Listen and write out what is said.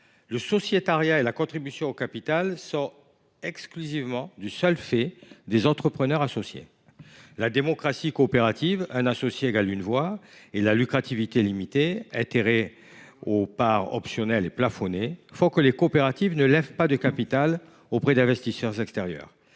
Le sociétariat et la contribution au capital relèvent exclusivement des entrepreneurs associés. La démocratie coopérative – un associé égale une voix – et la lucrativité limitée – les intérêts aux parts sont optionnels et plafonnés – font que les coopératives ne lèvent pas de capital auprès d’investisseurs extérieurs.